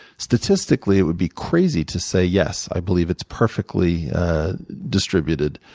statistically, it would be crazy to say yes, i believe it's perfectly distributed.